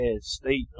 state